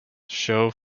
show